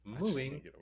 Moving